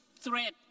threat